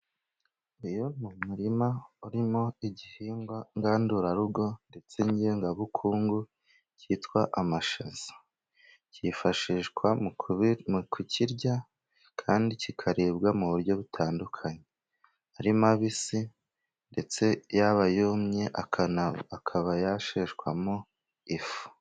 Uyu ni umuma urimo igihingwa ngandurarugo ndetse n'ingengabukungu kitwa amashaza, cyifashishwa mu kukirya kandi kikaribwa mu buryo butandukanye, ari mabisi ndetse yaba yumye akaba yasheshwamo ifu.